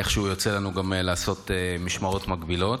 איכשהו יוצא לנו גם לעשות משמרות מקבילות,